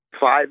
Five